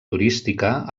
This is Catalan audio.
turística